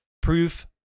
proof